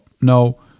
no